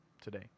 today